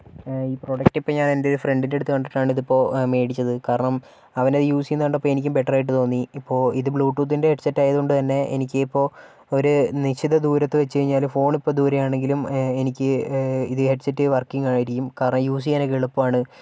ഈ പ്രോഡക്റ്റിപ്പം ഞാനെൻറ്റെയൊരു ഫ്രണ്ടിൻറ്റടുത്തു കണ്ടിട്ടാണ് ഇതിപ്പോൾ മേടിച്ചത് കാരണം അവനതു യൂസ് ചെയ്യുന്നത് കണ്ടപ്പോൾ എനിക്കും ബെറ്ററായിട്ട് തോന്നി ഇപ്പോൾ ഇത് ബ്ലൂടൂത്തിൻറ്റെ ഹെഡ്സെറ്റായതുകൊണ്ടുതന്നെ എനിക്ക് ഇപ്പോൾ ഒര് നിശ്ചിത ദൂരത്ത് വെച്ചുകഴിഞ്ഞാലും ഫോണ് ഇപ്പൊൾ ദൂരയാണെങ്കിലും എനിക്ക് ഇത് ഹെഡ്സെറ്റ് വർക്കിങ്ങായിരിക്കും കാരണം യൂസ് ചെയ്യാൻ എളുപ്പമാണ്